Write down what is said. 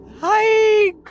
hi